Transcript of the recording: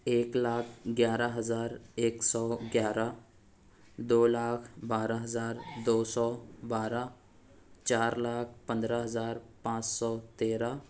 ایک لاکھ گیارہ ہزار ایک سو گیارہ دو لاکھ بارہ ہزار دو سو بارہ چار لاکھ پندرہ ہزار پانچ سو تیرہ